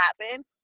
happen